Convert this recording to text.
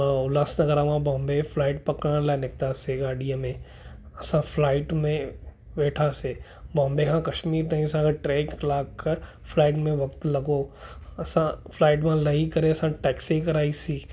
उल्हासनगर मां बॉम्बे फ्लाइट पकिरण लाइ निकितासीं गाॾीअ में असां फ्लाइट में वेठासीं बॉम्बे खां कश्मीर ताईं असांखे टे कलाक खां फ्लाइट में वक़्तु लॻो असां फ्लाइट मां लही करे टैक्सी कराईसीं